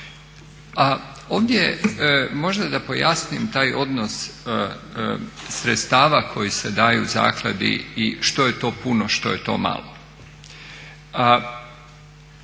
A ovdje možda da pojasnim taj odnos sredstava koji se daju zakladi i što je to puno, što je to malo.